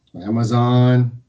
Amazon